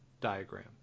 diagram